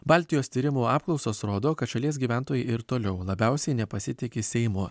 baltijos tyrimų apklausos rodo kad šalies gyventojai ir toliau labiausiai nepasitiki seimu